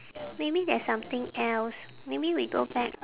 maybe there's something else maybe we go back